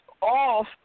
off